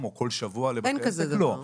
ועל השוטף?